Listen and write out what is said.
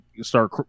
start